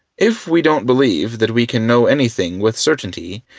if we don't believe that we can know anything with certainty,